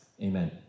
amen